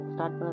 Start